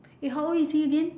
eh how old is he again